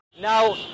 Now